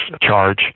charge